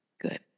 Good